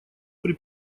при